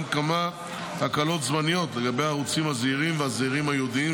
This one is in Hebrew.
נקבעו גם כמה הקלות זמניות לגבי הערוצים הזעירים והזעירים הייעודיים,